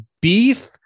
beef